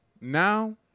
now